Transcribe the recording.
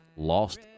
lost